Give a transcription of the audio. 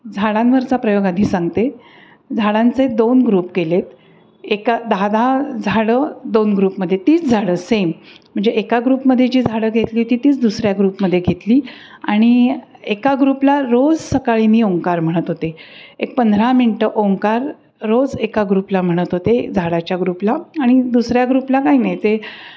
झाडांवरचा प्रयोग आधी सांगते झाडांचे दोन ग्रुप केलेत एका दहा दहा झाडं दोन ग्रुपमध्ये तीच झाडं सेम म्हणजे एका ग्रुपमध्ये जी झाडं घेतली होती तीच दुसऱ्या ग्रुपमध्ये घेतली आणि एका ग्रुपला रोज सकाळी मी ओंकार म्हणत होते एक पंधरा मिनटं ओंकार रोज एका ग्रुपला म्हणत होते झाडाच्या ग्रुपला आणि दुसऱ्या ग्रुपला काही नाही ते